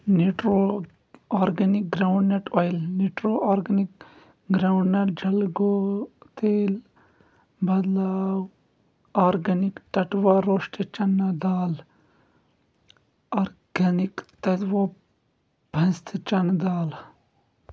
نِٹرولو organic groundnut oil نِٹرو organic groundnut جِلہٕ گوٚو تیل بدلاو آرگنِک ٹٹوا روشٹِڈ چنا دال آرگنِک تتووو پانٛژتھٕ چنہٕ دال